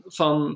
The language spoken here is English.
van